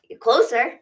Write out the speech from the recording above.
Closer